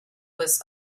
was